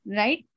right